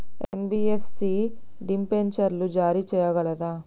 NBFC డిబెంచర్లు జారీ చేయగలదా?